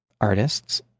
artists